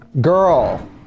Girl